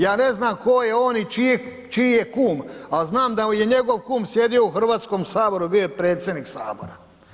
Ja ne znam tko je on i čiji je kum ali znam da je njegov kum sjedio u Hrvatskom saboru, bio je predsjednik Sabora.